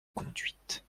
conduite